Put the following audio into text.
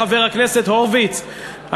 חבר הכנסת הורוביץ,